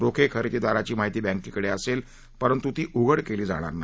रोखे खरेदी दाराची माहिती बँकेकडे असेल परंतु ती उघड केली जाणार नाही